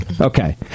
Okay